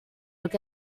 poke